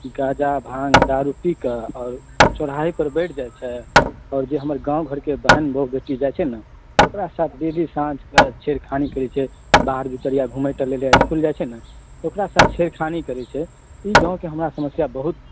गांजा भांग दारू पी कऽ आओर चौराहे पर बैठ जाइ छै आओर जे हमर गाँव घर के बहन बौह बेटी जाइ छै ने ओकरा साथ जे साँझ कऽ छेड़खानी करै छै बाहर भीतर लऽ घुमै टहलै लऽ इएह समस्या बहुत छै